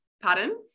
pardon